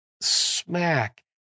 smack